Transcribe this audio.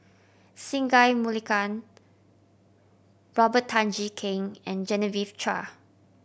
Singai Mukilan Robert Tan Jee Keng and Genevieve Chua